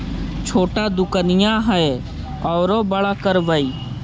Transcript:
छोटा दोकनिया है ओरा बड़ा करवै?